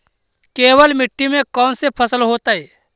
केवल मिट्टी में कौन से फसल होतै?